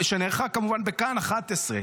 שנערכה כמובן בכאן 11,